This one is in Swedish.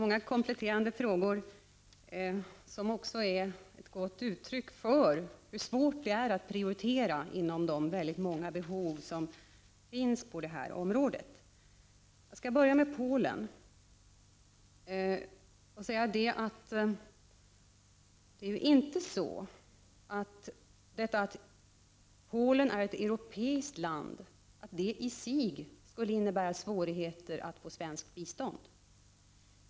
5 oktober 1989 Herr talman! Det är många kompletterande frågor, vilka också är ett gott — uttryck för hur svårt det är att prioritera bland de många behov som finns på det här området. Jag skall börja med Polen. Att Polen är ett europeiskt land innebär inte att det skall vara svårt för Polen att få svenskt bistånd.